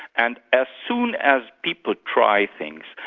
and as soon as people try things,